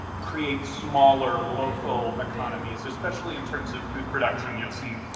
create smaller local economies? especially in terms of food production. you've seen